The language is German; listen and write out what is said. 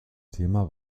thema